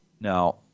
Now